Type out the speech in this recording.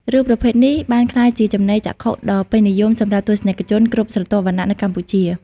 រឿងប្រភេទនេះបានក្លាយជាចំណីចក្ខុដ៏ពេញនិយមសម្រាប់ទស្សនិកជនគ្រប់ស្រទាប់វណ្ណៈនៅកម្ពុជា។